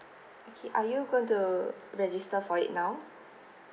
okay are you going to register for it now